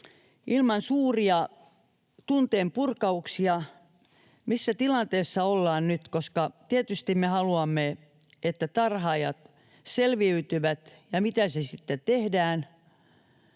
ilman suuria tunteenpurkauksia siitä, missä tilanteessa ollaan nyt, koska tietysti me haluamme, että tarhaajat selviytyvät. Ja siitä, miten se sitten tehdään,